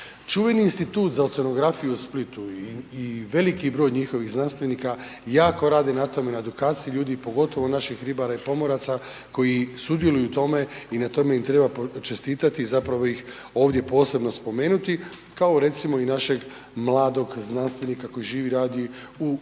Čuveni Institut za oceanografiju u Splitu i veliki broj njihovih znanstvenika jako radi na tome, na edukaciji ljudi, pogotovo naših ribara i pomoraca koji sudjeluju u tome, i na tome im treba čestitati, i zapravo ih ovdje posebno spomenuti, kao recimo i našeg mladog znanstvenika koji živi i radi u